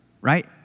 right